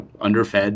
underfed